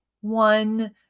one